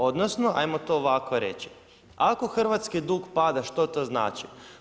Odnosno hajmo to ovako reći, ako hrvatski dug pada, što to znači?